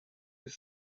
his